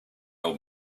old